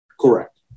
Correct